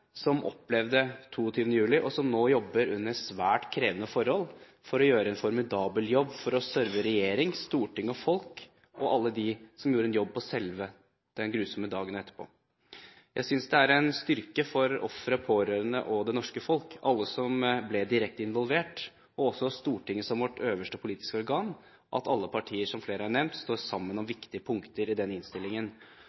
som opplevde 22. juli, og som nå jobber under svært krevende forhold for å gjøre en formidabel jobb for å serve regjering, storting og folk og alle dem som gjorde en jobb på selve den grusomme dagen og etterpå. Jeg synes det er en styrke for ofre, pårørende, det norske folk, for alle som ble direkte involvert, og også for Stortinget som vårt øverste politiske organ, at alle partier, som flere har nevnt, står sammen om